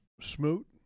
Smoot